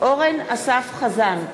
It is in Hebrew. אורן אסף חזן,